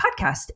podcast